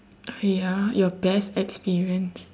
ya your best experience